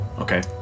Okay